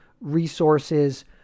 resources